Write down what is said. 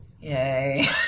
yay